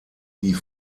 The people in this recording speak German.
die